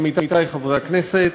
עמיתי חברי הכנסת,